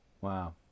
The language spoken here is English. Wow